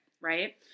Right